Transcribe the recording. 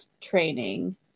training